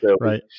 right